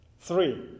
Three